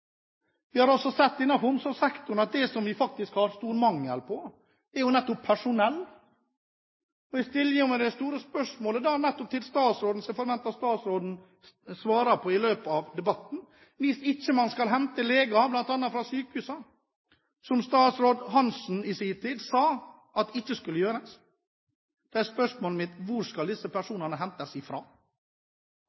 Vi har også innenfor omsorgssektoren sett at det vi har stor mangel på, er nettopp personell. Da stiller jeg det store spørsmålet til statsråden som jeg forventer at statsråden svarer på i løpet av debatten. Hvis man ikke skal hente leger bl.a. fra sykehusene, som statsråd Hanssen i sin tid sa man ikke skulle gjøre, må jeg spørre: Hvor skal disse